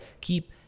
keep